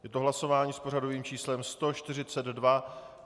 Je to hlasování s pořadovým číslem 142.